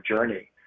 journey